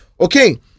okay